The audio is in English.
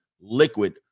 liquid